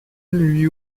lui